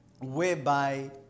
whereby